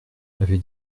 avaient